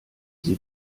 sie